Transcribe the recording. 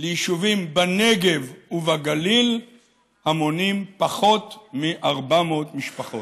ליישובים בנגב ובגליל המונים פחות מ-400 משפחות.